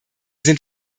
sind